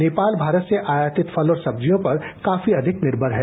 नेपाल भारत से आयातित फल और सब्जियों पर काफी अधिक निर्मर है